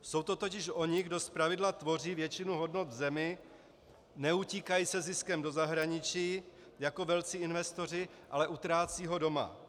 Jsou to totiž oni, kdo zpravidla tvoří většinu hodnot v zemi, neutíkají se ziskem do zahraničí jako velcí investoři, ale utrácejí ho doma.